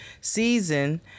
season